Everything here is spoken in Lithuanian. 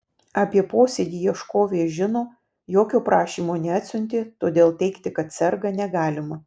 apie posėdį ieškovė žino jokio prašymo neatsiuntė todėl teigti kad serga negalima